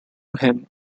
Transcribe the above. hem